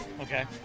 okay